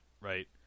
right